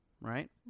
right